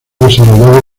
desarrollado